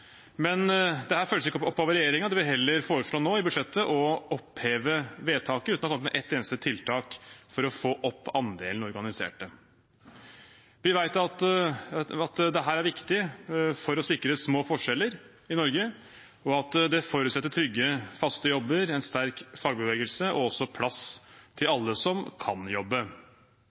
men dette følges ikke opp av regjeringen. Den foreslår heller nå i budsjettet å oppheve vedtaket uten å ha kommet med ett eneste tiltak for å få opp andelen organiserte. Vi vet at dette er viktig for å sikre små forskjeller i Norge – det forutsetter trygge, faste jobber, en sterk fagbevegelse og også en plass til alle som kan jobbe.